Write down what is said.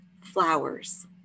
flowers